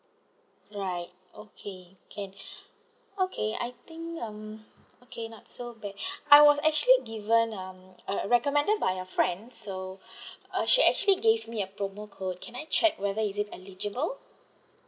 right okay can okay I think um okay not so bad I was actually given um uh recommended by a friend so uh she actually gave me a promo code can I check whether is it eligible